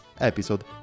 episode